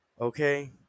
okay